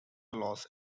los